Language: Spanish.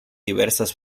diversas